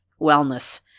wellness